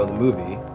ah movie.